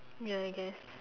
ya I guess